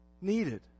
needed